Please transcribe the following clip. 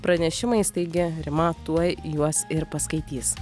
pranešimais taigi rima tuoj juos ir paskaitys